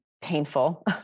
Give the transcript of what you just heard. painful